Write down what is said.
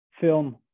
film